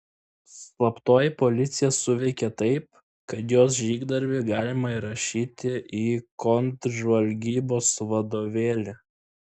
slaptoji policija suveikė taip kad jos žygdarbį galima įrašyti į kontržvalgybos vadovėlį